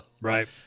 Right